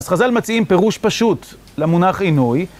אז חז"ל מציעים פירוש פשוט למונח עינוי